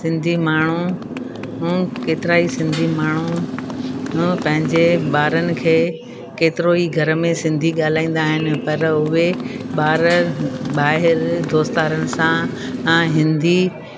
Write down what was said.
सिंधी माण्हू हू केतिरा ही सिंधी माण्हू हू पंहिंजे ॿारनि खे केतिरो ई घर में सिंधी ॻाल्हाईंदा आहिनि पर उहे ॿार ॿाहिरि दोस्त यारनि सां हा हिंदी